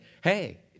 hey